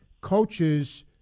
coaches